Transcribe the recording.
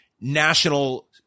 national